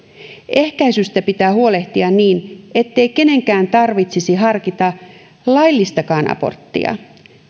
ehkäisystä pitää huolehtia niin ettei kenenkään tarvitsisi harkita laillistakaan aborttia